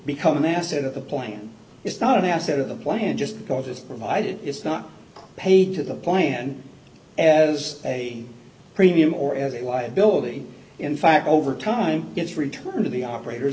become an asset of the plan it's not an asset of the plan just because it's provided it's not paid to the point as a premium or as a liability in fact over time it's return to the operator